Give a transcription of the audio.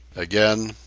again,